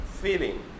feeling